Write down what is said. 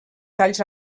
talls